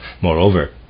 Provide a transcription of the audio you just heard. Moreover